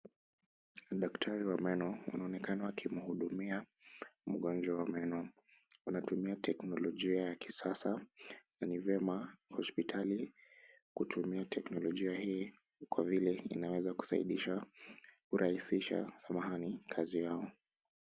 Daktari wa meno anaonekana akimhudumia mgonjwa wa meno. Anatumia teknolojia ya kisasa. Ni vyema hospitali kutumia teknolojia hii kwa vile inaweza kusaidisha kurahisisha kazi yao.